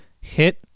Hit